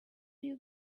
you